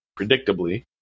predictably